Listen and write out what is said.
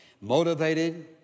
motivated